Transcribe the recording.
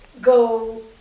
go